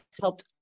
helped